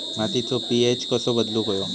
मातीचो पी.एच कसो बदलुक होयो?